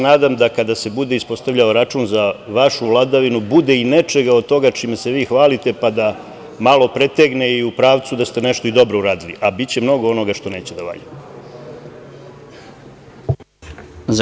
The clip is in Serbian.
Nadam se, kada se bude ispostavljao račun za vašu vladavinu, će biti nečega od toga čime se vi hvalite, pa da malo pretegne u pravcu da ste nešto dobro uradili, a biće mnogo onoga što neće da valja.